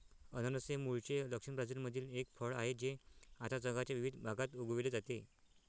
अननस हे मूळचे दक्षिण ब्राझीलमधील एक फळ आहे जे आता जगाच्या विविध भागात उगविले जाते